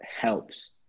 helps